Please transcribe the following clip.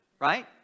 Right